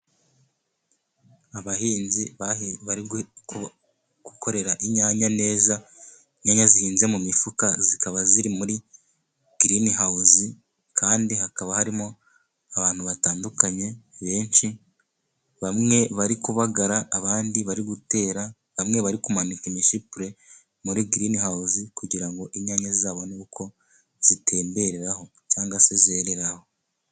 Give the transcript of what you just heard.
Abahinzi bari gukorera inyanya neza, inyanya zihinze mu mifuka zikaba ziri muri Girini hawuze, kandi hakaba harimo abantu batandukanye benshi, bamwe bari kubagara, abandi bari gutera, bamwe bari kumanika imishipure muri girini hawuze, kugira ngo inyanya zizabone uko zitembereraho cyangwa se zereraho.